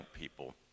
people